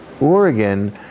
Oregon